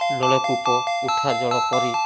ନଳକୂପ ଉଠାଜଳ ପରି